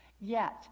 Yet